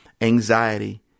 anxiety